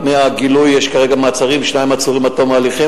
מהגילוי יש כרגע מעצרים: שניים עצורים עד תום ההליכים,